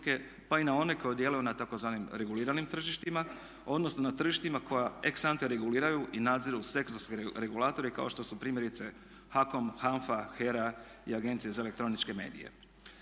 pa i na one koji djeluju na tzv. reguliranim tržištima odnosno na tržištima koja ex ante reguliraju i nadziru sektorske regulatore kao što su primjerice HAKOM, HANFA, HERA i Agencija za elektroničke medije.